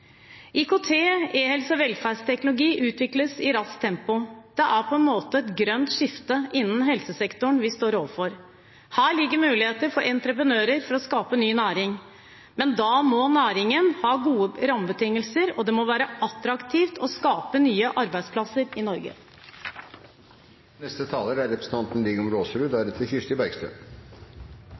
IKT, e-helse og velferdsteknologi utvikles i raskt tempo. Det er på en måte et grønt skifte innen helsesektoren vi står overfor. Her ligger muligheter for entreprenører for å skape ny næring, men da må næringen ha gode rammebetingelser, og det må være attraktivt å skape nye arbeidsplasser i Norge. Det er